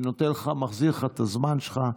אני מחזיר לך את הזמן שלך.